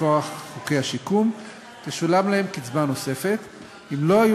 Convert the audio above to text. מכוח חוקי השיקום תשולם להם קצבה נוספת אם לא היו